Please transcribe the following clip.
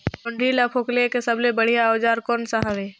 जोंदरी ला फोकला के सबले बढ़िया औजार कोन सा हवे?